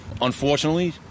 Unfortunately